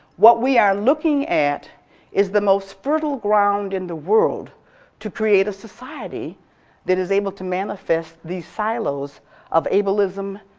what we are looking at is the most fertile ground in the world to create a society that is able to manifest these silos of ableism,